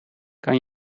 kan